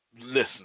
listen